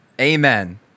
Amen